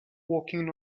walking